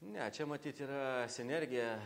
ne čia matyt yra sinergija